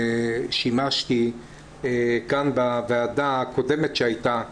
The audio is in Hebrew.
שימשתי כאן בוועדה הקודמת שהייתה,